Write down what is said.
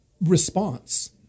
response